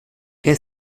que